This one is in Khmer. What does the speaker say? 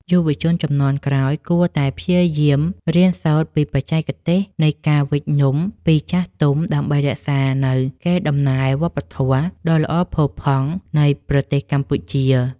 យុវជនជំនាន់ក្រោយគួរតែព្យាយាមរៀនសូត្រពីបច្ចេកទេសនៃការវេចនំពីចាស់ទុំដើម្បីរក្សានូវកេរដំណែលវប្បធម៌ដ៏ល្អផូរផង់នៃប្រទេសកម្ពុជា។